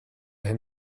hyn